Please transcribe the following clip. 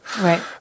Right